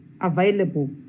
available